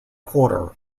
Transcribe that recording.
quarter